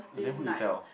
and then who you tell